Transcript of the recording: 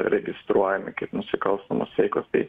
registruojami kaip nusikalstamos veikos tai